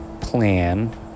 plan